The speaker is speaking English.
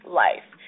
life